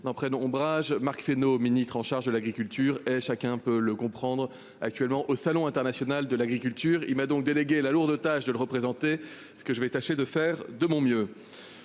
n'en prenne ombrage Marc Fesneau, ministre en charge de l'agriculture et chacun peut le comprendre, actuellement au Salon international de l'agricole. Il m'a donc délégué la lourde tâche de représenter ce que je vais tâcher de faire de mon mieux.